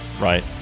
right